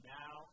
now